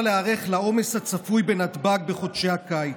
להיערך לעומס הצפוי בנתב"ג בחודשי הקיץ.